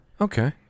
Okay